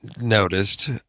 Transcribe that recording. noticed